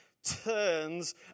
turns